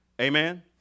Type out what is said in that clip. Amen